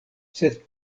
sed